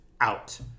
out